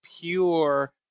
pure